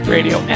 Radio